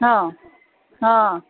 हा हा